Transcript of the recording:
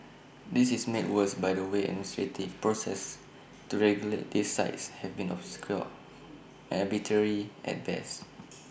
this is made worse by the way administrative processes to regulate these sites have been obscure arbitrary at best